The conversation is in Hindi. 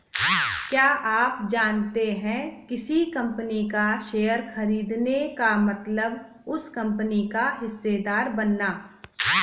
क्या आप जानते है किसी कंपनी का शेयर खरीदने का मतलब उस कंपनी का हिस्सेदार बनना?